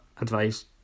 advice